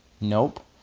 Nope